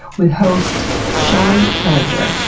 with host shawn killinger.